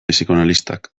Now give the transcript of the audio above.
psikoanalistak